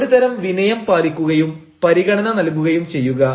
അതിനാൽ ഒരുതരം വിനയം പാലിക്കുകയും പരിഗണന നൽകുകയും ചെയ്യുക